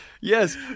Yes